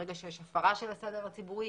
ברגע שיש הפרה של הסדר הציבורי,